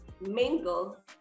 Mingle